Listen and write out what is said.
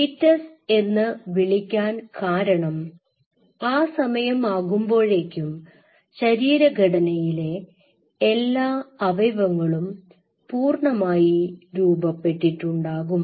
foetus എന്ന് വിളിക്കാൻ കാരണം ആ സമയം ആകുമ്പോഴേക്കും ശരീരഘടനയിലെ എല്ലാ അവയവങ്ങളും പൂർണമായി രൂപപ്പെട്ടിട്ടുണ്ടാകും